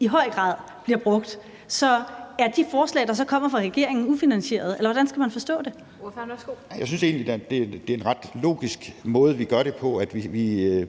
i høj grad bliver brugt. Så er de forslag, der kommer fra regeringen, ufinansierede, eller hvordan skal man forstå det? Kl. 12:59 Den fg. formand (Annette Lind): Ordføreren,